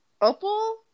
Opal